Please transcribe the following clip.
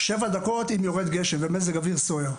שבע דקות אם יורד גשם ומזג אוויר סוער.